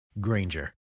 Granger